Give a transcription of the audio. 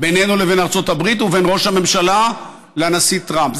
בינינו לבין ארצות הברית ובין ראש הממשלה לנשיא טראמפ,